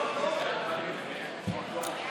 חבר הכנסת קרעי, אני קורא אותך לסדר פעם שלישית.